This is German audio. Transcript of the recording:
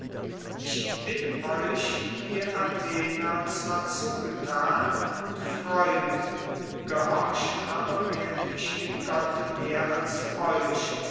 ich bin euch ihr athener zwar zugetan und freund gehorchen aber werde ich dem gotte mehr als euch